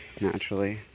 naturally